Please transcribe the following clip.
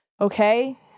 okay